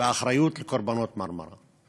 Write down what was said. באחריות לקורבנות "מרמרה".